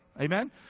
Amen